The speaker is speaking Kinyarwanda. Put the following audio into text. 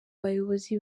bayobozi